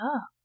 up